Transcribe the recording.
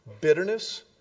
bitterness